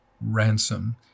ransom